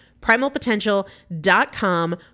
Primalpotential.com